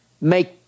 make